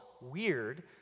weird